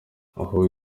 ahubwo